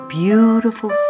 beautiful